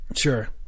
Sure